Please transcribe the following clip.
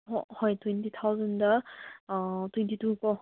ꯍꯣꯏ ꯍꯣꯏ twenty thousand twenty two ꯀꯣ